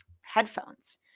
headphones